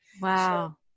wow